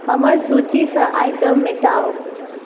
हमर सूचीसँ आइटम मेटाउ